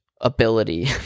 ability